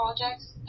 projects